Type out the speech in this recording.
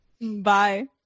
Bye